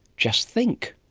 just think.